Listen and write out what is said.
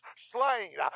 slain